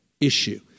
issue